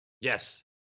Yes